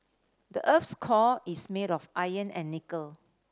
the earth's core is made of iron and nickel